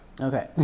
Okay